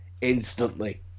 instantly